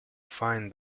find